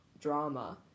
drama